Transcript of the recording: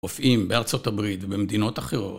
רופאים בארצות הברית ובמדינות אחרות.